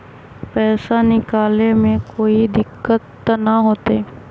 पैसा निकाले में कोई दिक्कत त न होतई?